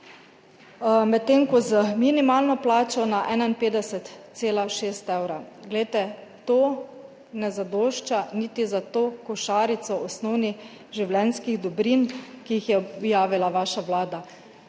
medtem ko z minimalno plačo pa 51,6 evra. Glejte, to ne zadošča niti za to košarico osnovnih življenjskih dobrin, ki jih je objavila vaša vlada.